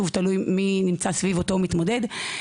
תלוי מי נמצא סביב אותו מתמודד.